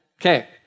Okay